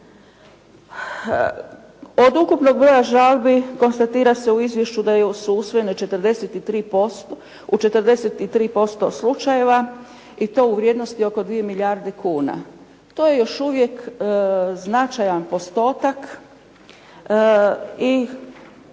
Od ukupnog broja žalbi konstatira se u izvješću da je usvojeno u 43% slučajeva i to u vrijednosti oko 2 milijarde kuna, to je još uvijek značajan postotak i